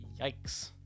Yikes